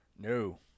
No